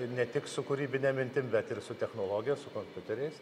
ne tik su kūrybine mintim bet ir su technologija su kompiuteriais